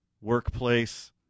workplace